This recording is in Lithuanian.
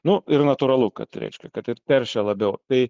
nu ir natūralu kad reiškia kad ir teršia labiau tai